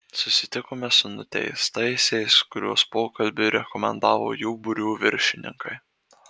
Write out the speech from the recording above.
susitikome su nuteistaisiais kuriuos pokalbiui rekomendavo jų būrių viršininkai